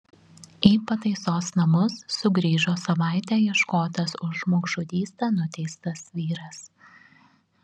į pataisos namus sugrįžo savaitę ieškotas už žmogžudystę nuteistas vyras